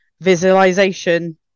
visualization